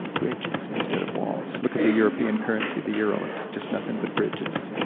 bridges instead of walls. look at the european currency, the euro, it's just nothing but bridges.